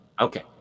okay